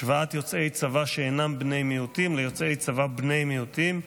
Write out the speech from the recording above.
השוואת יוצאי צבא שאינם בני מיעוטים ליוצאי צבא בני מיעוטים.